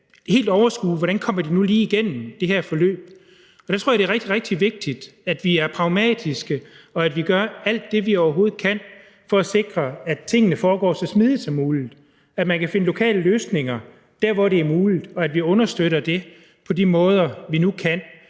helt kan overskue, hvordan de nu lige kommer igennem det her forløb. Der tror jeg, det er rigtig, rigtig vigtigt, at vi er pragmatiske, og at vi gør alt det, vi overhovedet kan, for at sikre, at tingene foregår så smidigt som muligt, at man kan finde lokale løsninger der, hvor det er muligt, og at vi understøtter det på de måder, vi nu kan,